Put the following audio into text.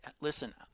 listen